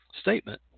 statement